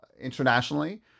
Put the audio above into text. internationally